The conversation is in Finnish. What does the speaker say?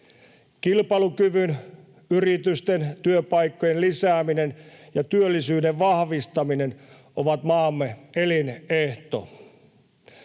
Kilpailukyvyn, yritysten ja työpaikkojen lisääminen ja työllisyyden vahvistaminen ovat maamme elinehto.